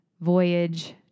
voyage